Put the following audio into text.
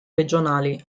regionali